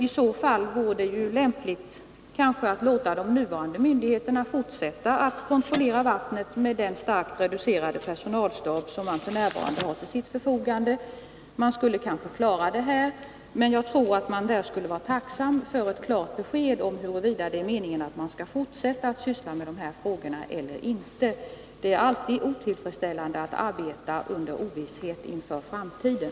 I så fall vore det kanske lämpligt att : Å 24 november 1981 låta de nuvarande myndigheterna fortsätta att kontrollera vattnet med den starkt reducerade personalstab man har till sitt förfogande. Man skulle kanske klara det, men jag tror att man skulle vara tacksam för ett klart besked, huruvida det är meningen att man skall fortsätta att handha dessa saker. Det är alltid otillfredsställande att arbeta under ovisshet inför framtiden.